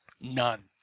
None